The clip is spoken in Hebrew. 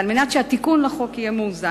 כדי שהתיקון לחוק יהיה מאוזן,